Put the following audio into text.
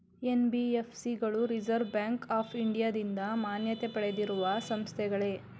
NBFC ಗಳು reserve bank of ಇಂಡಿಯಾದಿಂದ ಮಾನ್ಯತೆ ಪಡೆದಿರುವ ಸಂಸ್ಥೆಗಳೇ?